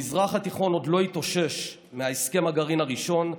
המזרח התיכון עוד לא התאושש מהסכם הגרעין הראשון,